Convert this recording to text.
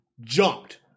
jumped